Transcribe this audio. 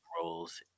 roles